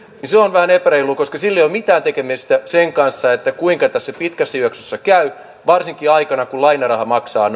on vähän epäreilua koska sillä ei ole mitään tekemistä sen kanssa kuinka tässä pitkässä juoksussa käy varsinkaan aikana kun lainaraha maksaa